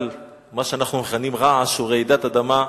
שאנחנו מכנים רעש או רעידת אדמה,